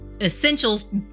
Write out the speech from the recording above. essentials